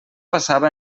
passava